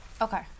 Okay